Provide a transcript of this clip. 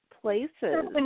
places